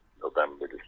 November